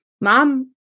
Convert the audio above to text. Mom